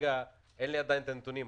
כרגע אין לי עדיין את הנתונים,